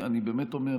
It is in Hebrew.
אני באמת אומר,